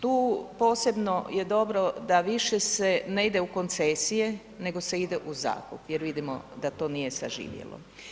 Tu posebno je dobro da više se ne ide u koncesije nego se ide u zakup jer vidimo da to nije zaživjelo.